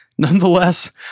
Nonetheless